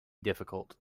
difficult